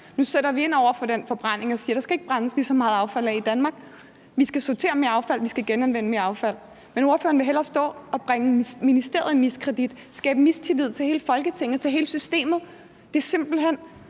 Nu sætter vi ind over for den forbrænding og siger, at der ikke skal brændes lige så meget affald af i Danmark. Vi skal sortere mere affald, vi skal genanvende mere affald. Men ordføreren vil hellere stå og bringe ministeriet i miskredit, skabe mistillid til hele Folketinget, til hele systemet. Det er simpelt hen